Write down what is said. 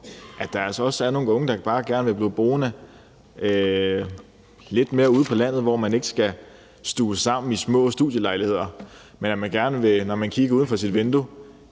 altså også er nogle unge, der bare gerne vil blive boende lidt mere ude på landet, hvor man ikke skal stuve sig sammen i små studielejligheder. Man vil måske gerne, når man kigger ud ad sit vindue,